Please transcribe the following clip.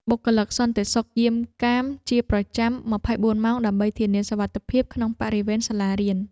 បុគ្គលិកសន្តិសុខយាមកាមជាប្រចាំ ២៤ ម៉ោងដើម្បីធានាសុវត្ថិភាពក្នុងបរិវេណសាលារៀន។